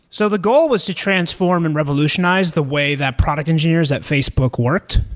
so the goal was to transform and revolutionize the way that product engineers at facebook worked.